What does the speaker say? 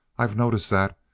i've noticed that.